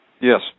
Yes